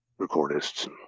recordists